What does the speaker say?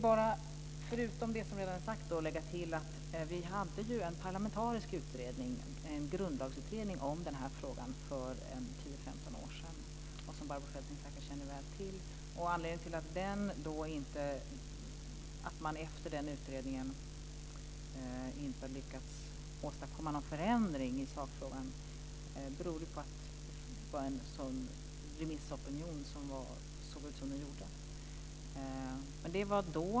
Vi hade en parlamentarisk grundlagsutredning om frågan för 10-15 år sedan, som Barbro Feltzing säkert känner väl till. Anledningen till att man inte lyckades åstadkomma någon förändring i sakfrågan efter den utredningen var att remissopinionen såg ut som den gjorde. Det var då.